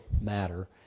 matter